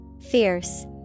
Fierce